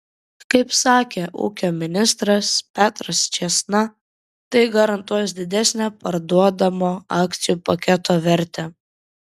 kaip sakė ūkio ministras petras čėsna tai garantuos didesnę parduodamo akcijų paketo vertę